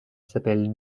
s’appelle